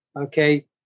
Okay